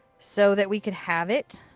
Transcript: so that we could have it.